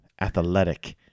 Athletic